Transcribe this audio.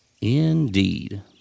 Indeed